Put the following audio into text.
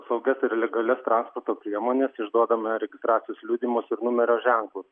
saugias ir legalias transporto priemones išduodama registracijos liudijimus ir numerio ženklus